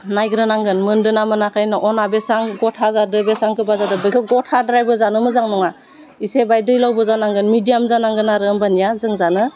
नायग्रोनांगोन मोनदोंना मोनाखै अनला बेसां गथा जादों बेसां गोबा जादों बेखौ गथाद्रायबो जानो मोजां नङा एसे बाय दैलावबो जानांगोन मिडियाम जानांगोन आरो होमबानिया जों जानो